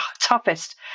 toughest